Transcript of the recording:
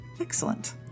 Excellent